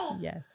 Yes